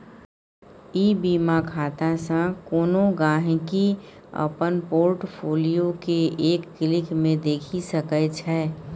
ई बीमा खातासँ कोनो गांहिकी अपन पोर्ट फोलियो केँ एक क्लिक मे देखि सकै छै